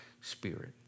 spirit